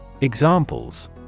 Examples